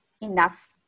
enough